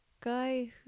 guy